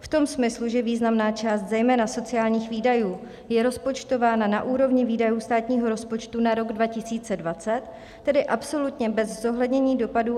V tom smyslu, že významná část zejména sociálních výdajů je rozpočtována na úrovni výdajů státního rozpočtu na rok 2020, tedy absolutně bez zohlednění dopadů epidemie koronaviru.